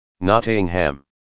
Nottingham